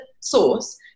source